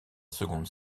seconde